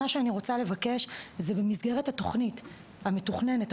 מה שאני רוצה לבקש זה במסגרת התוכנית המתוכננת,